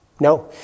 No